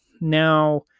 Now